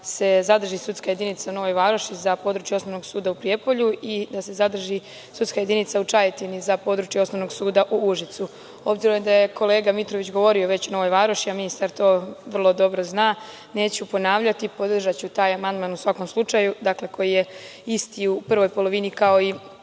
se zadrži sudska jedinica u Novoj Varoši, za područje Osnovnog suda u Prijepolju i da se zadrži sudska jedinica u Čajetini, za područje Osnovnog suda u Užicu. Obzirom da je kolega Mitrović govorio o Novoj Varoši, a ministar to vrlo dobro zna, neću ponavljati. Podržaću taj amandman u svakom slučaju, dakle koji je isti u prvoj polovini kao i